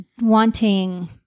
wanting